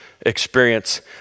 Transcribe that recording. experience